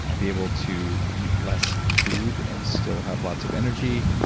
ah be able to eat less food and still have lots of energy,